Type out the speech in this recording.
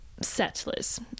Settlers